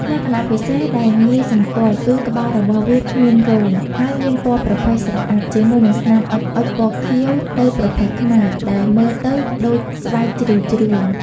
លក្ខណៈពិសេសដែលងាយសម្គាល់គឺ ក្បាលរបស់វាគ្មានរោម ហើយមានពណ៌ប្រផេះស្រអាប់ ជាមួយនឹងស្នាមអុចៗពណ៌ខៀវទៅប្រផេះខ្មៅ ដែលមើលទៅដូចស្បែកជ្រីវជ្រួញ។